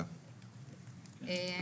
תודה רבה לכל הבאים בשערי הוועדה.